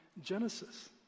Genesis